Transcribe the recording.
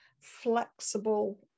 flexible